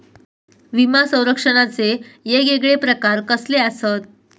विमा सौरक्षणाचे येगयेगळे प्रकार कसले आसत?